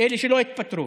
אלה שלא התפטרו.